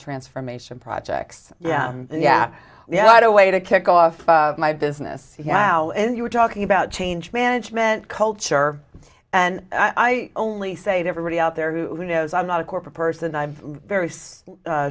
transformation projects yeah yeah yeah i do way to kick off my business yeah how you were talking about change management culture and i i only say to everybody out there who knows i'm not a corporate person i'm very